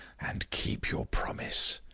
and keep your promise.